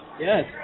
Yes